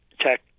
tech